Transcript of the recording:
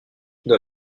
dans